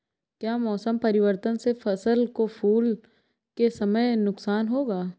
क्या मौसम परिवर्तन से फसल को फूल के समय नुकसान होगा?